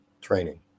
training